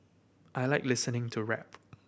I like listening to rap